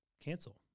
cancel